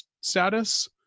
status